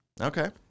Okay